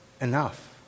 enough